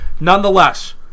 nonetheless